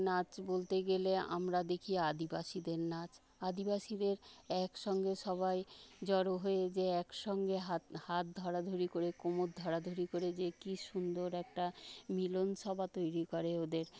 নাচ বলতে গেলে আমরা দেখি আদিবাসীদের নাচ আদিবাসীদের একসঙ্গে সবাই জড়ো হয়ে যে একসঙ্গে হাত হাত ধরাধরি করে কোমর ধরাধরি করে যে কি সুন্দর একটা মিলনসভা তৈরি করে ওদের